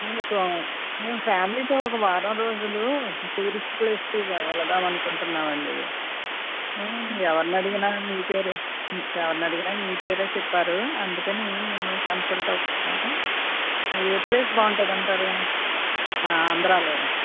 మేము ఒక మేము ఫ్యామిలీతో ఒక వారం రోజులు టూరిస్ట్ ప్లేస్కి వెళ్దాం అనుకుంటున్నాం అండి అవునండి ఎవరిని అడిగినా మీ పేరే ఎవరిని అడిగిన మీ పేరు చెప్పారు అందుకని మిమ్మలని కన్సల్ట్ అవుతున్నాం ఏ ప్లేస్ బాగుంటుంది అంటారు ఆంధ్రాలో